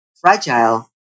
fragile